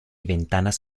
ventanas